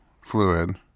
fluid